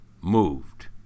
moved